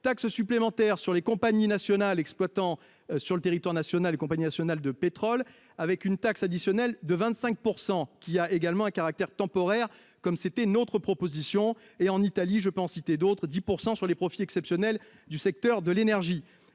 taxe supplémentaire sur les compagnies nationales exploitant sur le territoire national et compagnie nationale de pétrole avec une taxe additionnelle de 25% qui a également un caractère temporaire, comme c'était notre proposition et en Italie. Je peux en citer d'autres, 10% sur les profits exceptionnels du secteur de l'énergie,